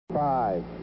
Five